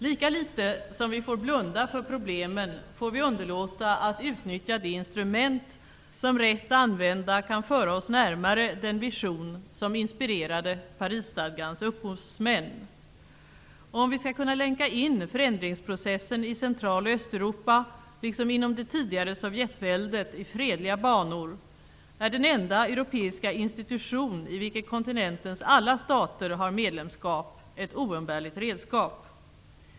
Lika litet som vi får blunda för problemen får vi underlåta att utnyttja de instrument som rätt använda kan föra oss närmare den vision som inspirerade Parisstadgans upphovsmän. Om vi skall kunna länka in förändringsprocessen i Central och Östeuropa, liksom inom det tidigare Sovjetväldet, i fredliga banor, är den enda europeiska institution i vilken kontinentens alla stater har medlemskap ett oumbärligt redskap.